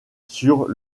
sur